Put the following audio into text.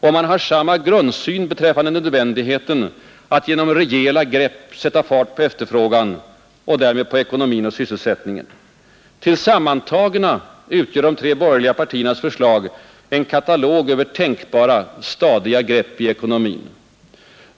Och man har samma grundsyn beträffande nödvändigheten att genom rejäla grepp sätta fart på efterfrågan och därmed på ekonomin och sysselsättningen. Ty sammantagna utgör de tre borgerliga partiernas förslag en katalog över tänkbara, stadiga grepp i ekonomin.